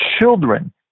children